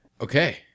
Okay